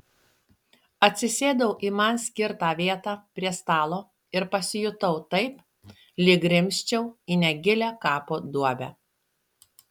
atsisėdau į man skirtą vietą prie stalo ir pasijutau taip lyg grimzčiau į negilią kapo duobę